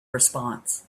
response